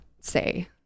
say